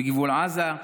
בגבול עזה,